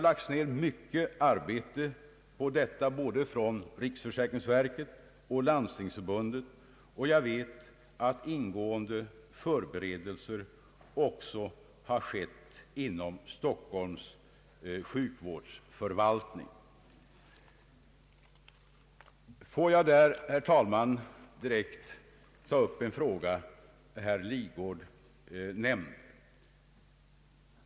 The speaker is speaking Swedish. Både riksförsäkringsverket och Landstingsförbundet har lagt ner mycket arbete på detta, och jag vet att ingående förberedelser också har gjorts inom Stockholms sjukvårdsförvaltning. Jag vill i detta sammanhang, herr talman, direkt ta upp en fråga som herr Lidgard ställde.